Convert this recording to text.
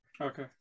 Okay